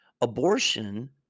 Abortion